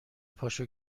پاشو